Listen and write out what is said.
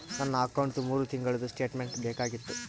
ನನ್ನ ಅಕೌಂಟ್ದು ಮೂರು ತಿಂಗಳದು ಸ್ಟೇಟ್ಮೆಂಟ್ ಬೇಕಾಗಿತ್ತು?